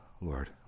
Lord